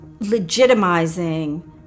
legitimizing